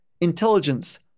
Intelligence